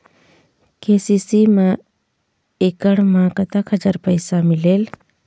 KCC मा एकड़ मा कतक हजार पैसा मिलेल?